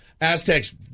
Aztecs